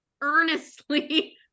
earnestly